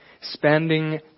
Spending